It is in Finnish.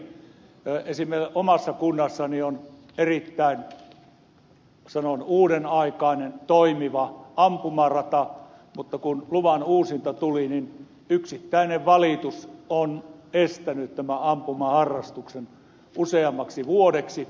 esimerkiksi omassa kunnassani on erittäin sanon uudenaikainen toimiva ampumarata mutta kun luvan uusinta tuli niin yksittäinen valitus on estänyt tämän ampumaharrastuksen useammaksi vuodeksi